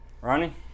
Ronnie